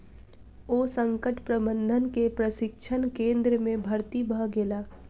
ओ संकट प्रबंधन के प्रशिक्षण केंद्र में भर्ती भ गेला